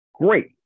Great